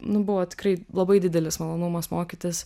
nu buvo tikrai labai didelis malonumas mokytis